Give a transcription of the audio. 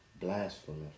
blasphemous